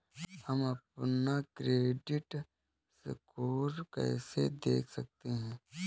हम अपना credit score कैसे देख सकते हैं?